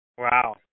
Wow